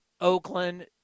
Oakland